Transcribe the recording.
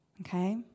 Okay